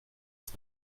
ist